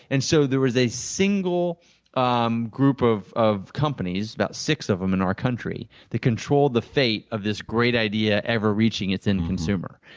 and so, there was a single um group of of companies, about six of them in our country, that control the fate of this great idea ever reaching its end consumer.